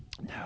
No